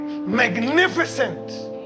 magnificent